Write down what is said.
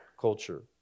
culture